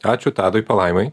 ačiū tadui palaimai